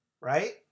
right